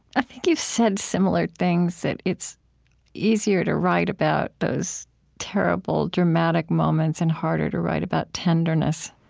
i think you've said similar things that it's easier to write about those terrible, dramatic moments, and harder to write about tenderness,